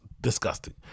disgusting